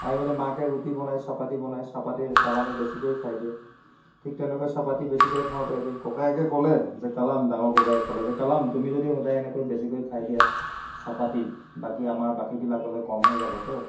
আহিপেনে মাকে ৰুটি বনায় চাপাতি বনায় চাপাতি কালামে বেছিকৈ খাই দিয়ে ঠিক তেনেকৈ চাপাটি বেছিকৈ খাওঁতে এদিন ককায়েকে ক'লে যে কালাম ডাঙৰ ককায়েকে ক'লে যে তুমি যদি সদাই এনেকৈ বেছিকৈ খাই দিয়া চাপাটি বাকী আমাৰ বাকীবিলাকলৈ কম হৈ যাবতো